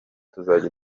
tuzajya